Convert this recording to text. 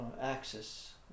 Axis